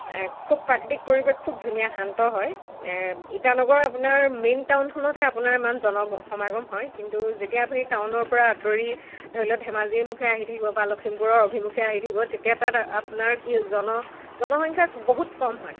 খুব প্ৰাকৃতিক পৰিৱেশ খুব ধুনীয়া শান্ত হয় ইটানগৰ আপোনাৰ মেইন টাউনখনতহে আপোনাৰ ইমান জনসমাগম হয় কিন্তু যেতিয়া আপুনি টাউনৰ পৰা আঁতৰি ধৰি লওক ধেমাজিৰ মুখে আহি থাকিব বা লখিমপুৰৰ অভিমুখে আহি থাকিব তেতিয়া তাত আপোনাৰ কি জন জনসংখ্যা বহুত কম হয়